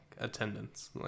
attendance